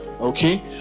okay